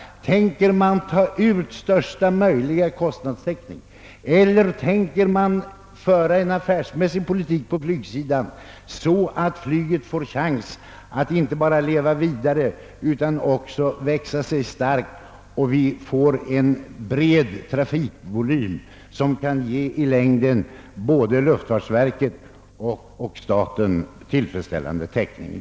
Tänker man ta ut största möjliga kostnadstäckning eller tänker man föra en affärsmässig kostnadspolitik? Skall flyget få en chans att inte bara leva vidare utan också växa sig starkt och få en bred trafikvolym som i längden kan ge både luftfartsverket och staten tillfredsställande täckning?